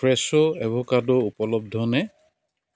Fresho avocado উপলব্ধনে